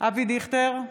אבי דיכטר,